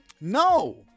No